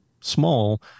small